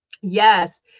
yes